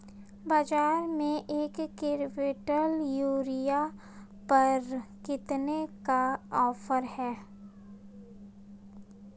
बाज़ार में एक किवंटल यूरिया पर कितने का ऑफ़र है?